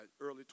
early